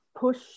push